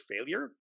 failure